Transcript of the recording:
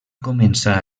començar